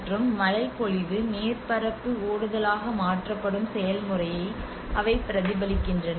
மற்றும் மழைப்பொழிவு மேற்பரப்பு ஓடுதலாக மாற்றப்படும் செயல்முறையை அவை பிரதிபலிக்கின்றன